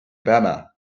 obama